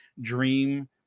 dream